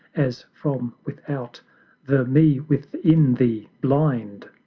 as from without the me within thee blind!